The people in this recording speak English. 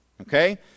Okay